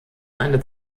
eine